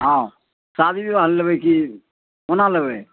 हाँ शादी बिबाह लऽ लेबै की ओना लेबै